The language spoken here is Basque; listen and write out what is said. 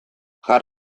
jar